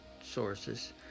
sources